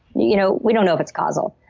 you know we don't know if it's causal.